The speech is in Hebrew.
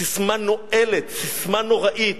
ססמה נואלת, ססמה נוראית.